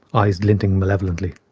eyes glinting malevolently.